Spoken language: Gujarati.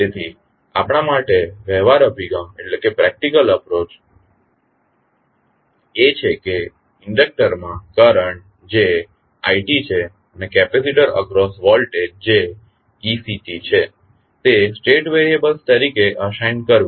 તેથી આપણા માટે વ્યવહારુ અભિગમ એ છે કે ઇન્ડક્ટર માં કરંટ જે i છે અને કેપેસિટર અક્રોસ વોલ્ટેજ જે ec છે તે સ્ટેટ વેરીએબલ્સ તરીકે અસાઇન કરવુ